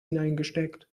hineingesteckt